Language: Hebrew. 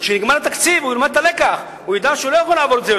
וכשנגמר התקציב הוא ילמד את הלקח.